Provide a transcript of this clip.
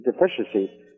deficiency